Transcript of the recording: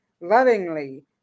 lovingly